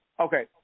Okay